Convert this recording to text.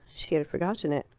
she had forgotten it.